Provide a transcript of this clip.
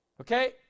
Okay